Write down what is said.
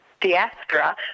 diaspora